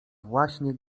właśnie